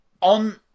On